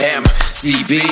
mcb